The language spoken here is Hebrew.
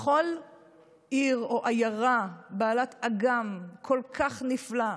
בכל עיר או עיירה בעלת אגם כל כך נפלא,